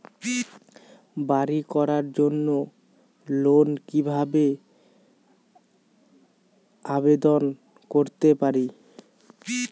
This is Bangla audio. বাড়ি করার জন্য লোন কিভাবে আবেদন করতে পারি?